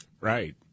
Right